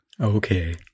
Okay